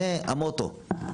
זה המוטו.